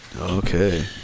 Okay